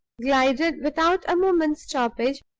glided, without a moment's stoppage,